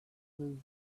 blue